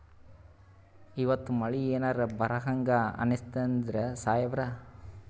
ಇವತ್ತ ಮಳಿ ಎನರೆ ಬರಹಂಗ ಅನಿಸ್ತದೆನ್ರಿ ಸಾಹೇಬರ?